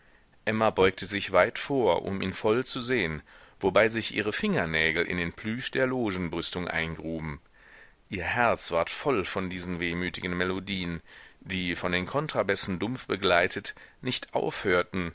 emma beugte sich weit vor um ihn voll zu sehen wobei sich ihre fingernägel in den plüsch der logenbrüstung eingruben ihr herz ward voll von diesen wehmütigen melodien die von den kontrabässen dumpf begleitet nicht aufhörten